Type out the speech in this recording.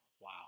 Wow